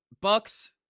Bucks